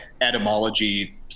etymology